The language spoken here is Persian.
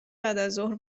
بعدازظهر